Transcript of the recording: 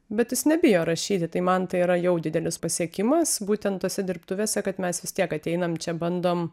bet jis nebijo rašyti tai man tai yra jau didelis pasiekimas būtent tose dirbtuvėse kad mes vis tiek ateinam čia bandom